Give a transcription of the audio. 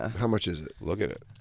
ah how much is it? look at it.